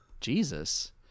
jesus